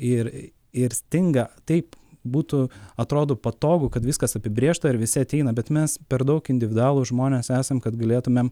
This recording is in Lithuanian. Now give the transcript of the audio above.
ir ir stinga taip būtų atrodo patogu kad viskas apibrėžta ir visi ateina bet mes per daug individualūs žmonės esam kad galėtumėm